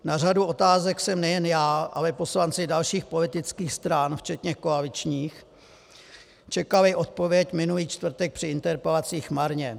Na řadu otázek jsem nejen já, ale i poslanci dalších politických stran, včetně koaličních, čekali odpověď minulý čtvrtek při interpelacích marně.